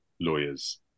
lawyers